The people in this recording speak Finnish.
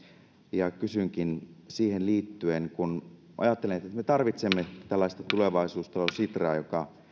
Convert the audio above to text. ja sanonkin siihen liittyen että ajattelen että me tarvitsemme tällaista tulevaisuustalo sitraa joka